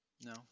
No